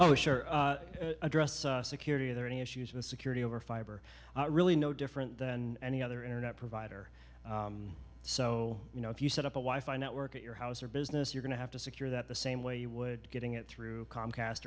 oh sure address security there any issues with security over fiber really no different than any other internet provider so you know if you set up a wi fi network at your house or business you're going to have to secure that the same way you would getting it through comcast